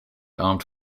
armed